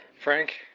Frank